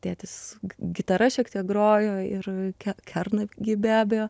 tėtis gitara šiek tiek grojo ir kernagį be abejo